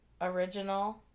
original